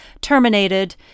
terminated